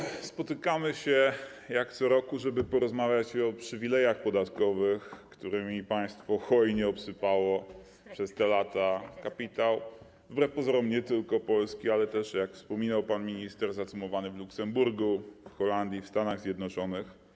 Jak co roku spotykamy się, żeby porozmawiać o przywilejach podatkowych, którymi państwo hojnie obsypało przez te lata kapitał wbrew pozorom nie tylko polski, ale też jak wspominał pan minister, zacumowany w Luksemburgu, Holandii czy Stanach Zjednoczonych.